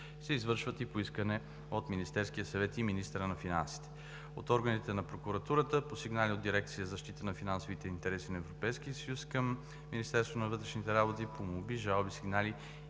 се извършват и по искане от Министерския съвет и министъра на финансите, от органите на прокуратурата, по сигнали от дирекция „Защита на финансовите интереси на Европейския съюз“ към Министерството на вътрешните работи, по молби, жалби, сигнали